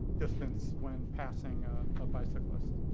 distance when passing a ah bicyclist.